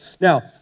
Now